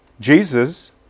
Jesus